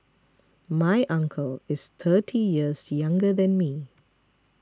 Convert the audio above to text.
my uncle is thirty years younger than me